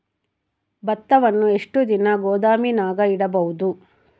ಭತ್ತವನ್ನು ಎಷ್ಟು ದಿನ ಗೋದಾಮಿನಾಗ ಇಡಬಹುದು?